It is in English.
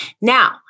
Now